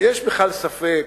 יש בכלל ספק,